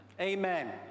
Amen